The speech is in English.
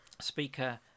speaker